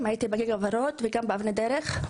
הייתי ב- -- וגם ב- ׳אבני דרך׳.